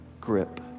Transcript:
grip